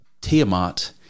Tiamat